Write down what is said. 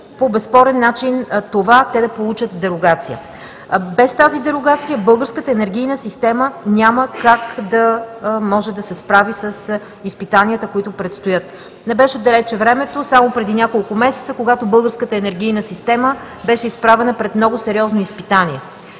по безспорен начин те да получат дерогация. Без тази дерогация българската енергийна система няма как да се справи с изпитанията, които предстоят. Не беше далеч времето – само преди няколко месеца, когато българската енергийна система беше изправена пред много сериозно изпитание.